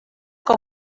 com